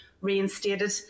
reinstated